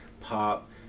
pop